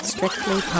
Strictly